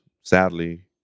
sadly